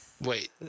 Wait